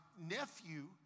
nephew